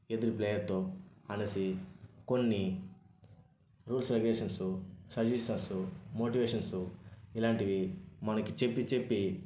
ఎదురు ప్లేయర్తో అనేసి కొన్ని రూల్స్ రెగ్యులేషన్సు సజెషన్సు మోటివేషన్సు ఇలాంటివి మనకి చెప్పి చెప్పి